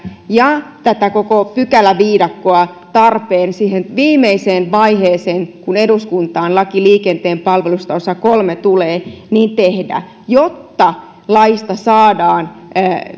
ja tämän koko pykäläviidakon selkeyttämistä oli tarpeen tehdä siihen viimeiseen vaiheeseen kun eduskuntaan laki liikenteen palveluista osa kolme tulee jotta laista saadaan